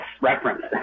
reference